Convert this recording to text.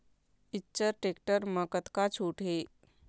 Eicher tractor म कतका छूट हे?